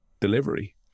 delivery